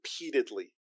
repeatedly